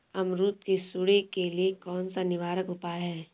अमरूद की सुंडी के लिए कौन सा निवारक उपाय है?